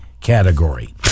category